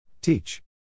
Teach